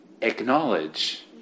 acknowledge